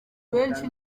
benshi